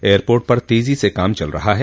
airport पर तेजी से काम चल रहा है